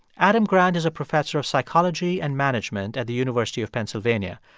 adam grant is a professor of psychology and management at the university of pennsylvania.